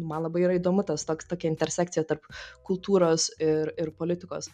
man labai yra įdomu tas toks tokia intersekcija tarp kultūros ir ir politikos